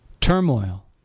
Turmoil